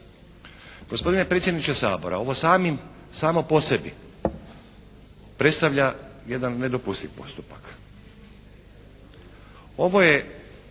Gospodine predsjedniče Sabora, ovo samo po sebi predstavlja jedan nedopustiv postupak. Ovo je